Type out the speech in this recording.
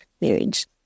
marriage